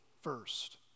first